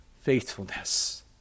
faithfulness